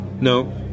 No